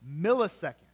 millisecond